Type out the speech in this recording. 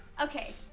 Okay